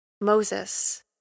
Moses